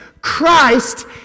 Christ